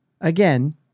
Again